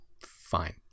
fine